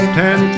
ten